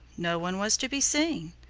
no one was to be seen.